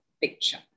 picture